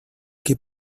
que